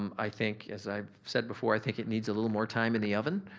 um i think, as i've said before, i think it needs a little more time in the oven.